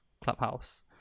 Clubhouse